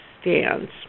stands